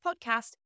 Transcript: podcast